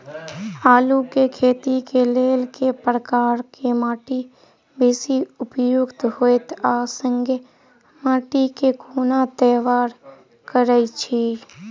आलु केँ खेती केँ लेल केँ प्रकार केँ माटि बेसी उपयुक्त होइत आ संगे माटि केँ कोना तैयार करऽ छी?